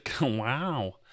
Wow